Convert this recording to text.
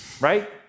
right